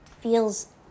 feels